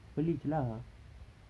beli jer lah